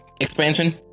expansion